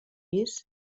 pis